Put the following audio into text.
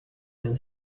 his